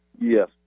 Yes